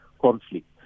conflict